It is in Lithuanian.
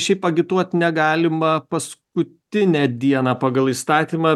šiaip agituot negalima paskutinę dieną pagal įstatymą